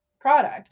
product